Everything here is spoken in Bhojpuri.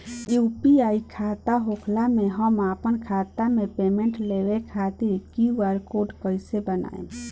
यू.पी.आई खाता होखला मे हम आपन खाता मे पेमेंट लेवे खातिर क्यू.आर कोड कइसे बनाएम?